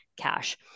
cash